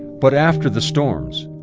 but after the storms,